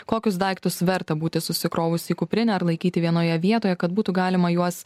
kokius daiktus verta būti susikrovus į kuprinę ar laikyti vienoje vietoje kad būtų galima juos